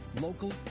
local